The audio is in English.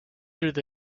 through